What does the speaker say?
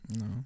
No